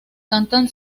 cantan